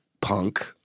punk